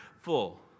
full